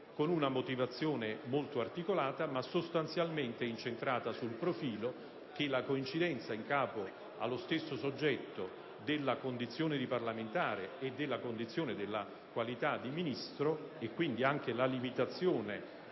con una motivazione molto articolata, ma sostanzialmente incentrata sul profilo che la coincidenza in capo allo stesso soggetto della condizione di parlamentare e della qualità di Ministro, e quindi anche la limitazione